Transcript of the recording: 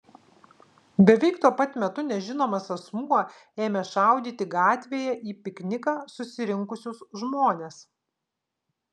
beveik tuo pat metu nežinomas asmuo ėmė šaudyti gatvėje į pikniką susirinkusius žmones